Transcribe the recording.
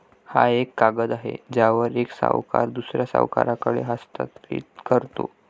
हा एक कागद आहे ज्यावर एक सावकार दुसऱ्या सावकाराकडे हस्तांतरित करतो